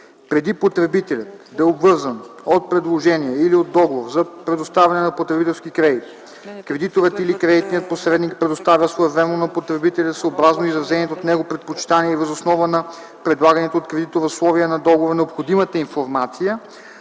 Преди потребителят да е обвързан от предложение или от договор за предоставяне на потребителски кредит, кредиторът или кредитният посредник предоставя своевременно на потребителя, съобразно изразените от него предпочитания и въз основа на предлаганите от кредитора условия на договора, необходимата информация